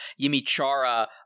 Yimichara